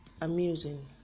amusing